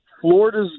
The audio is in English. Florida's